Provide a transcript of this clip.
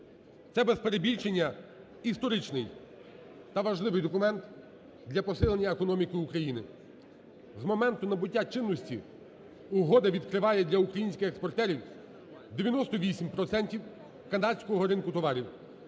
Це, без перебільшення, історичний та важливий документ для посилення економіки України. З моменту набуття чинності угода відкриває для українських експортерів 98 процентів канадського ринку товарів.